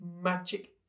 magic